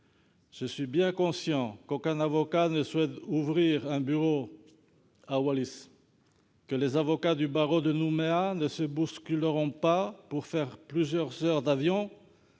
Je suis bien conscient qu'aucun avocat ne souhaite ouvrir un bureau à Wallis, et que les avocats du barreau de Nouméa ne se bousculeront pas pour faire plusieurs heures d'avion